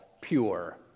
pure